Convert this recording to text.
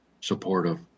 supportive